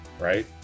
Right